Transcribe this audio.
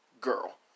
girl